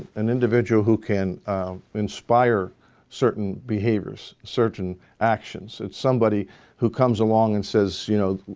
an individual who can inspire certain behaviors, certain actions, it's somebody who comes along and says you know,